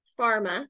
pharma